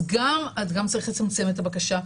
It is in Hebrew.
אז גם צריך לצמצם את הבקשה,